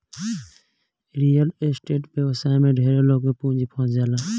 real estate व्यवसाय में ढेरे लोग के पूंजी फंस जाला